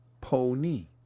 pony